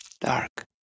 Dark